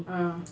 ah